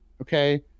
Okay